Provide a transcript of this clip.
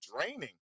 draining